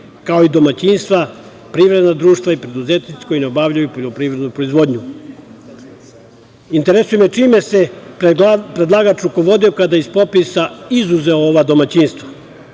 kao i domaćinstva, privredna društva i preduzetnici koji ne obavljaju poljoprivrednu proizvodnju. Interesuje me čime se predlagač rukovodio kada je iz popisa izuzeo ova domaćinstva.